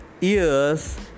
ears